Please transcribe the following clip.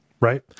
right